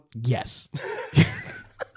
Yes